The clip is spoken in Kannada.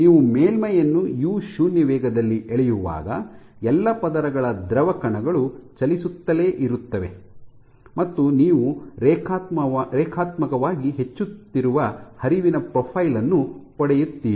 ನೀವು ಮೇಲ್ಮೈಯನ್ನು ಯು0 ವೇಗದಲ್ಲಿ ಎಳೆಯುವಾಗ ಎಲ್ಲಾ ಪದರಗಳ ದ್ರವ ಕಣಗಳು ಚಲಿಸುತ್ತಲೇ ಇರುತ್ತವೆ ಮತ್ತು ನೀವು ರೇಖಾತ್ಮಕವಾಗಿ ಹೆಚ್ಚುತ್ತಿರುವ ಹರಿವಿನ ಪ್ರೊಫೈಲ್ ಅನ್ನು ಪಡೆಯುತ್ತೀರಿ